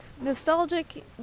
Nostalgic